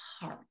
heart